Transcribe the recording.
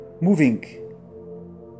moving